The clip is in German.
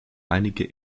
einige